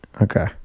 Okay